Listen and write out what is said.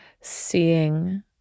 Seeing